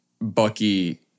Bucky